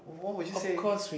what would you say